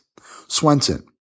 Swenson